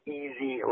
easy